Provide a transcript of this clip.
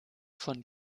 von